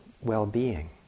well-being